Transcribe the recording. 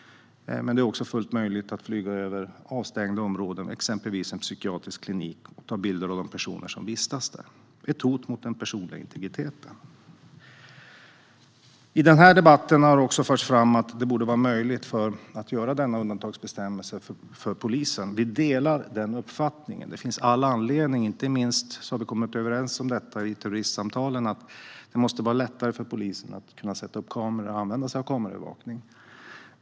Det är också fullt möjligt att flyga över avstängda områden, till exempel en psykiatrisk klinik, och ta bilder av de personer som vistas där. Det är ett hot mot den personliga integriteten. I den här debatten har det förts fram att det borde vara möjligt att göra ett undantag för polisen. Vi delar den uppfattningen. Det finns all anledning till detta. Inte minst har vi i samtalen om terrorism kommit överens om att det måste bli lättare för polisen att kunna sätta upp kameror och att använda sig av kameraövervakning.